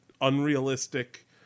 unrealistic